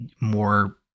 more